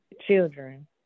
children